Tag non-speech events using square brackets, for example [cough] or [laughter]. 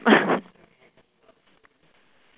[laughs]